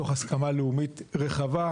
זה לא סוד שמה שקורה עכשיו במדינה,